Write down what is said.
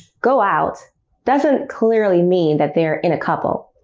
go out doesn't clearly mean that they're in a couple.